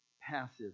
passive